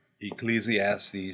Ecclesiastes